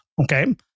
Okay